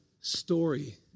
story